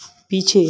पीछे